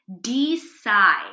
Decide